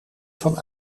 van